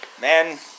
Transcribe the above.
Man